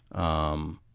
um,